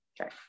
Okay